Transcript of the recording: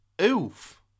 oof